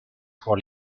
pour